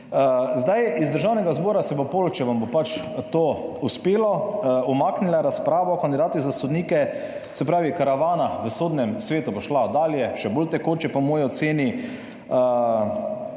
Iz Državnega zbora se bo potem, če vam bo pač to uspelo, umaknila razprava o kandidatih za sodnike. Se pravi, karavana v Sodnem svetu bo šla dalje, še bolj tekoče po moji oceni.